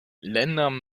ländern